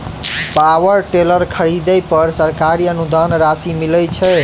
Power tiller खरीदे पर सरकारी अनुदान राशि मिलय छैय?